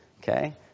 Okay